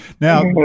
Now